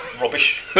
Rubbish